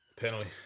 penalty